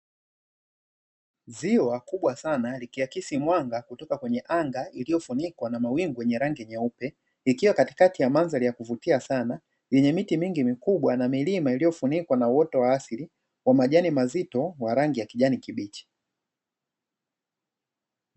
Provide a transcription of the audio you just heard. Ziwa kubwa sana likiakisi mwanga kutoka kwenye anga ililofunikwa na mawingu yenye rangi nyeupe, ikiwa katikati ya mandhari ya kuvutia sana, yenye miti mingi mikubwa na milima iliyofunikwa na uoto wa asili wa majani mazito ya rangi ya kijani kibichi.